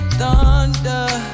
thunder